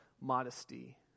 modesty